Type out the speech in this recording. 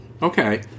Okay